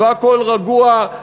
והכול רגוע.